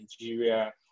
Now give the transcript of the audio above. Nigeria